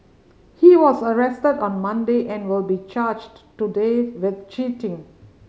he was arrested on Monday and will be charged today with cheating